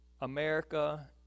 America